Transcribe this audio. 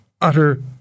utter